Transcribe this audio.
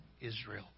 Israel